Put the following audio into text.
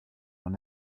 will